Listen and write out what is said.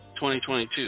2022